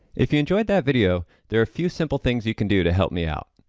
if you enjoyed that video there are a few simple things you can do to help me out.